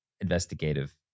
investigative